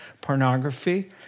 pornography